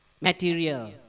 material